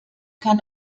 kann